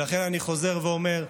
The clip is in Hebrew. ולכן אני חוזר ואומר,